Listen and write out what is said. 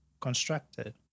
constructed